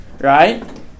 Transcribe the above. Right